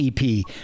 EP